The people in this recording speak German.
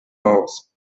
aus